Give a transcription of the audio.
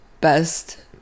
best